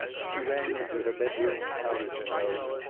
she ran into her bedroom and powdered her nose,